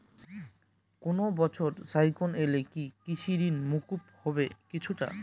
কোনো বছর সাইক্লোন এলে কি কৃষি ঋণ মকুব হবে কিছুটা?